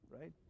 right